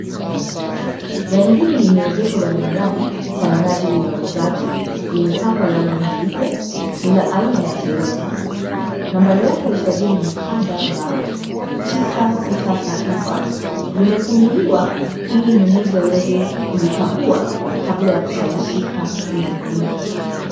Gari hili limeegeshwa barabarani kwa minajili ya uuzaji. Limepakwa rangi nyeupe. Ni la aina ya Toyota. Nambari yake ya usajili ni KDR 963V. Limefunguliwa ili mnunuzi aweze kulikagua kabla ya kushawishika kulinunua.